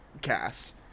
cast